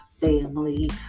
family